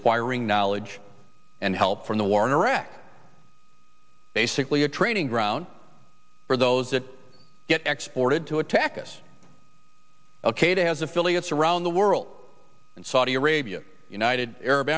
acquiring knowledge and help from the war in iraq basically a training ground for those that get exploited to attack us ok to has affiliates around the world and saudi arabia united arab